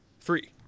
Three